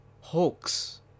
hoax